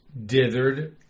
dithered